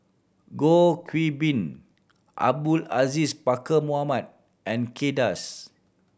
Goh Bin Abdul Aziz Pakkeer Mohamed and Kay Das